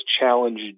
Challenge